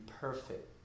perfect